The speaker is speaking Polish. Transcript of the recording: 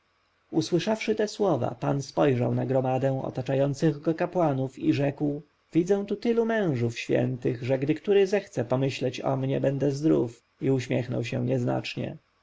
usłyszawszy te słowa pan spojrzał na gromadę otaczających go kapłanów i rzekł widzę tu tylu mężów świętych że gdy który zechce pomyśleć o mnie będę zdrów i uśmiechnął się nieznacznie